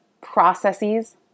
processes